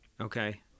Okay